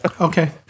okay